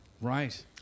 Right